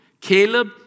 Caleb